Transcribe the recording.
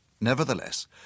Nevertheless